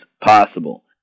possible